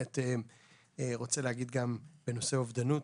אני רוצה להגיד בנושא אובדנות,